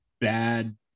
bad